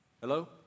Hello